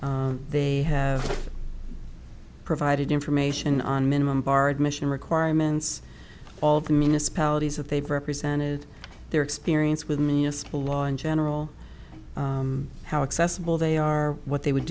with they have provided information on minimum bar admission requirements all the municipalities that they've represented their experience with the law in general how accessible they are what they would